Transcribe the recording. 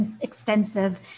extensive